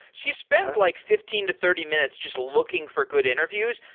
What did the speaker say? so you spend like fifteen to thirty minutes just looking for good interviews.